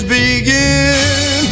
begin